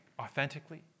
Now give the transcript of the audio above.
authentically